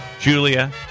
Julia